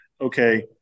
okay